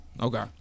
Okay